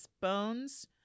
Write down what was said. Bones